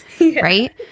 right